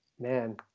man